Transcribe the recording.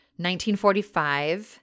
1945